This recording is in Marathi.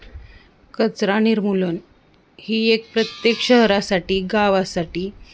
कचरा निर्मूलन ही एक प्रत्येक शहरासाठी गावासाठी